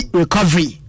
recovery